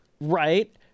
Right